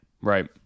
Right